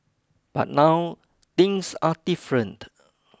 but now things are different